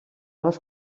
les